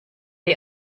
die